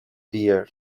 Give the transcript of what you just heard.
pier